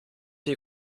die